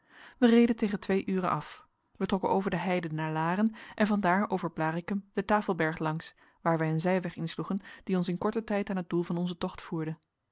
wij reden tegen twee uren af trokken over de heide naar laren en van daar over blarikum den tafelberg langs waar wij een zijweg insloegen die ons in korten tijd aan het doel van onzen tocht voerde